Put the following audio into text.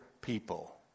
people